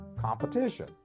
competition